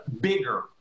bigger